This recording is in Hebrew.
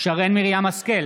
שרן מרים השכל,